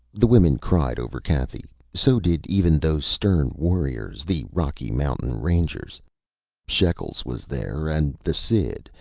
the women cried over cathy, so did even those stern warriors, the rocky mountain rangers shekels was there, and the cid,